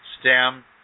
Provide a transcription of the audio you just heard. STEM